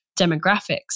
demographics